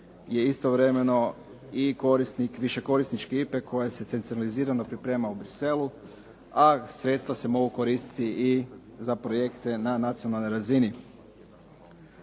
je istovremeno i korisnik višekorisničke IPA-e koja se centralizirano priprema u Bruxellesu, a sredstva se mogu koristiti i za projekte na nacionalnoj razini.